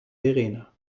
verena